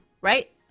Right